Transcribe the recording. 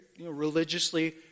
religiously